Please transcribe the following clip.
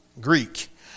Greek